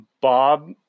Bob